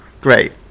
Great